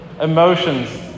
Emotions